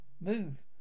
Move